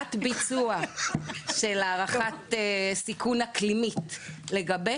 חובת ביצוע של הערכת סיכון אקלימית לגבי